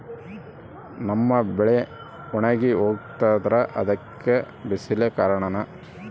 ನಮ್ಮ ಬೆಳೆ ಒಣಗಿ ಹೋಗ್ತಿದ್ರ ಅದ್ಕೆ ಬಿಸಿಲೆ ಕಾರಣನ?